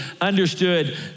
understood